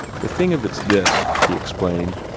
the thing of it's this, he explained.